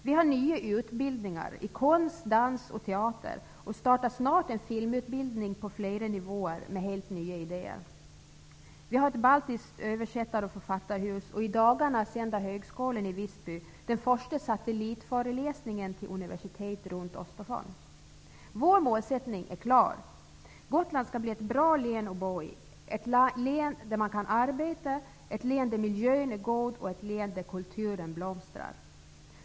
Vi har nya utbildningar i konst, dans och teater och startar snart en filmutbildning på flera nivåer med helt nya idéer. Vi har ett baltiskt översättar och författarhus. I dagarna sänder Högskolan i Visby den första satellitföreläsningen till universitet runt Vår målsättning är klar: Gotland skall bli ett bra län att bo i, ett län där man kan arbeta, ett län där miljön är god och ett län där kulturen blomstrar.